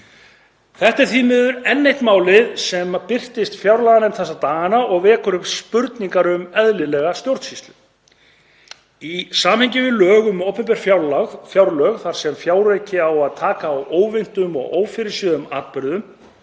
Þetta er því miður enn eitt málið sem birtist fjárlaganefnd þessa dagana og vekur upp spurningar um eðlilega stjórnsýslu. Í samhengi við lög um opinber fjármál þar sem fjárauki á að taka á óvæntum og ófyrirséðum atburðum